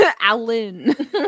Alan